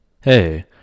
Hey